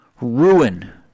ruin